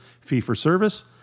fee-for-service